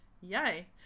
Yay